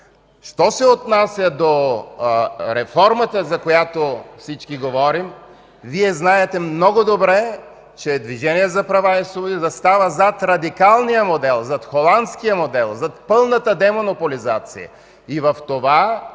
Що се отнася до реформата, за която всички говорим, Вие знаете много добре, че Движението за права и свободи застава зад радикалния модел, зад холандския модел, зад пълната демонополизация.